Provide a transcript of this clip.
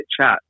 chat